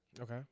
Okay